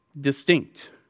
distinct